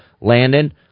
Landon